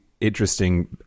interesting